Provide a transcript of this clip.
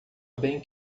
bem